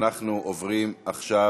אנחנו עוברים עכשיו,